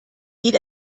viel